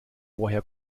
woher